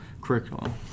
curriculum